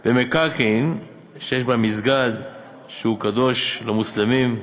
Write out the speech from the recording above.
במקרקעין שיש בהם מסגד שהוא קדוש למוסלמים.